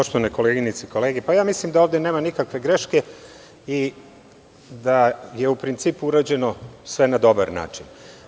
Poštovane koleginice i kolege, mislim da ovde nema nikakve greške i da je u principu urađeno sve na dobar način.